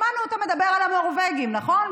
שמענו אותו מדבר על הנורבגים, נכון?